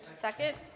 Second